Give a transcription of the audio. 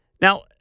Now